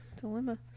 dilemma